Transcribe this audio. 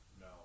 No